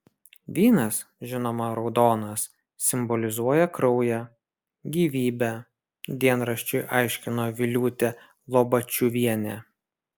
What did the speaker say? vynas žinoma raudonas simbolizuoja kraują gyvybę dienraščiui aiškino viliūtė lobačiuvienė